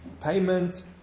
payment